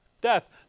Death